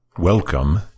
Welcome